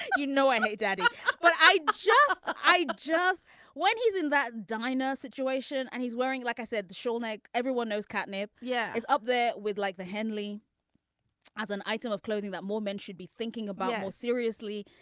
you know i hate daddy but i just i just when he's in that diner situation and he's wearing like i said the show neck everyone knows catnip. yeah. it's up there with like the henley as an item of clothing that more men should be thinking about seriously.